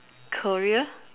career